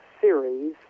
series